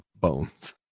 bones